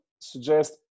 suggest